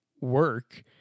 work